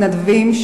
מתנדבים,